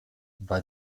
bei